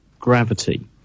gravity